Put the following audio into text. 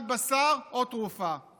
כחלון קיבל משרד אוצר מתפקד וקופה גדושה,